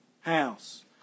house